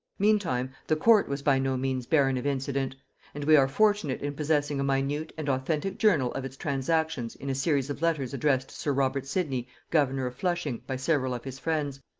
meantime the court was by no means barren of incident and we are fortunate in possessing a minute and authentic journal of its transactions in a series of letters addressed to sir robert sidney governor of flushing by several of his friends,